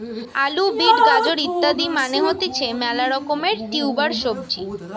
আলু, বিট, গাজর ইত্যাদি মানে হতিছে মেলা রকমের টিউবার সবজি